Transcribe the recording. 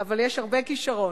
אבל יש הרבה כשרון.